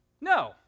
No